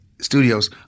Studios